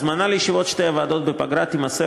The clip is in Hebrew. הזמנה לישיבות שתי הוועדות בפגרה תימסר